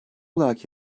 olarak